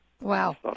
Wow